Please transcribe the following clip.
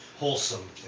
Wholesome